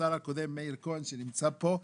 השר הקודם, מאיר כהן, שנמצא פה.